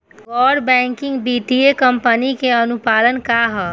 गैर बैंकिंग वित्तीय कंपनी के अनुपालन का ह?